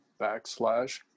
backslash